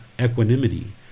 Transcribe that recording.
equanimity